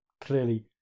clearly